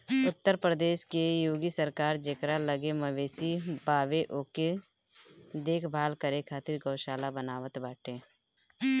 उत्तर प्रदेश के योगी सरकार जेकरा लगे मवेशी बावे ओके देख भाल करे खातिर गौशाला बनवावत बाटे